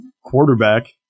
quarterback